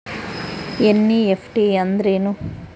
NEFT ಅಂದ್ರೆನು?